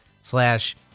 slash